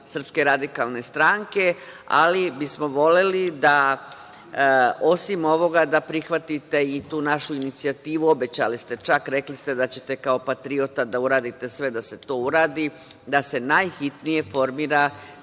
inicijativa SRS, ali bismo voleli da osim ovoga prihvatite i tu našu inicijativu, obećali ste čak, rekli ste da ćete kao patriota da uradite sve da se to uradi, da se najhitnije formira